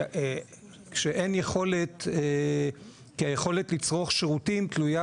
כשאין יכולת כי היכולת לצרוך שירותים תלויה